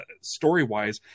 story-wise